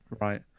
Right